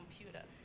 computer